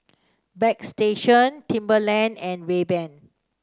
Bagstationz Timberland and Rayban